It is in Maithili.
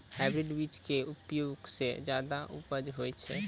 हाइब्रिड बीज के उपयोग सॅ ज्यादा उपज होय छै